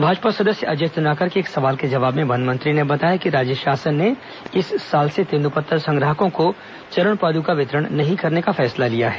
भाजपा सदस्य अजय चंद्राकर के एक सवाल के जवाब में वन मंत्री ने बताया कि राज्य शासन ने इस साल से तेंदूपत्ता संग्राहकों को चरण पादुका वितरण नहीं करने का फैसला लिया है